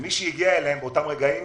ומי שהגיע אליהם באותם רגעים